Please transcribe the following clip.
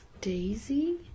daisy